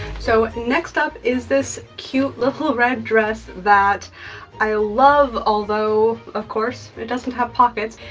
so, next up is this cute little red dress that i love, although of course, it doesn't have pockets,